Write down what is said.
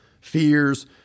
fears